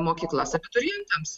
mokyklas abiturientams